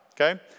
Okay